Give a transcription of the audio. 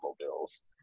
Bills